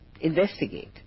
investigate